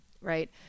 Right